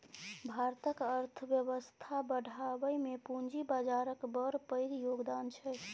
भारतक अर्थबेबस्था बढ़ाबइ मे पूंजी बजारक बड़ पैघ योगदान छै